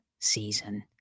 Season